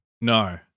No